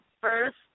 first